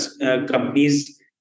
companies